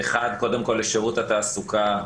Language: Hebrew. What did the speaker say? קודם כל לשירות התעסוקה,